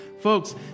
Folks